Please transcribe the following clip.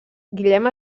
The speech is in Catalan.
guillem